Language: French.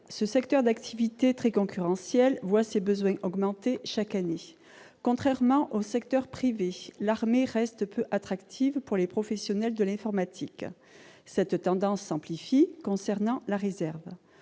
Ce secteur d'activité très concurrentiel voit ses besoins augmenter chaque année. Or, contrairement au secteur privé, l'armée reste peu attractive pour les professionnels de l'informatique, cette tendance s'amplifiant d'ailleurs